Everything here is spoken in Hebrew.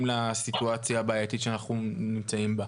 לסיטואציה הבעייתית שאנחנו נמצאים בה.